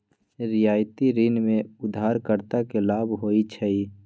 रियायती ऋण में उधारकर्ता के लाभ होइ छइ